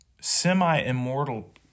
semi-immortal